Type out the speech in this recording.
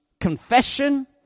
confession